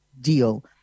deal